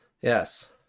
Yes